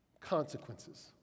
consequences